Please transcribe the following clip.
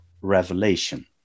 Revelation